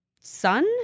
son